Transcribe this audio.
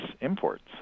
imports